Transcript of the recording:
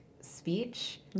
speech